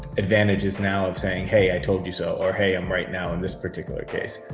advantages now of saying, hey, i told you so or hey, i'm right now in this particular case.